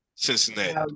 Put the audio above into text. Cincinnati